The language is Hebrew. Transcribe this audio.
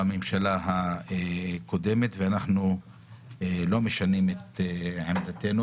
ההסתייגויות אז אין הנמקות ואנחנו ניגשים ישר להצבעות,